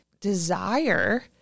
desire